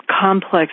complex